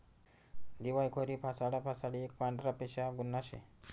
दिवायखोरी फसाडा फसाडी एक पांढरपेशा गुन्हा शे